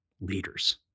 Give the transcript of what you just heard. leaders